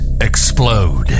explode